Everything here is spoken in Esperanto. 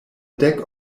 dek